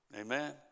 Amen